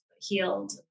healed